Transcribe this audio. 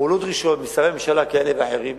הועלו דרישות משרי ממשלה כאלה ואחרים,